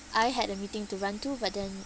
I had a meeting to run to but then